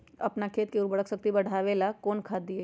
अपन खेत के उर्वरक शक्ति बढावेला कौन खाद दीये?